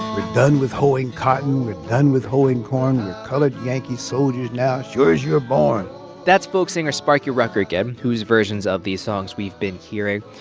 we're done with hoeing cotton. we're done with hoeing corn. we're colored yankee soldiers now, sure as you're born that's folk singer sparky rucker again, whose versions of these songs we've been hearing.